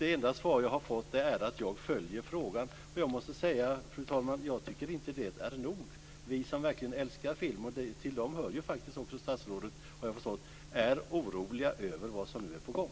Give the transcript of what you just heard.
Det enda svar jag har fått är: Jag följer frågan. Jag måste säga, fru talman, att jag inte tycker att det är nog. Vi som verkligen älskar film, och till dem hör faktiskt också statsrådet har jag förstått, är oroliga över vad som nu är på gång.